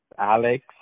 Alex